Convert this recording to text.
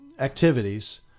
activities